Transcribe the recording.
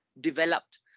developed